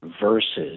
versus